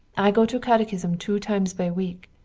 i go to catechism two times by week,